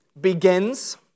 Begins